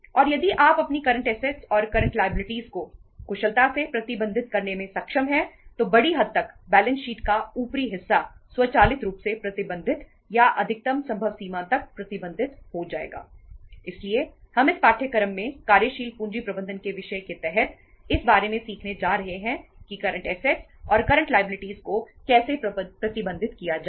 और यदि आप अपनी करंट असेट्स को कैसे प्रबंधित किया जाए